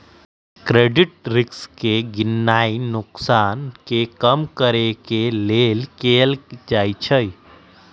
credit risk के गीणनाइ नोकसान के कम करेके लेल कएल जाइ छइ